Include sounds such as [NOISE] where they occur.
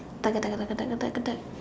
[NOISE]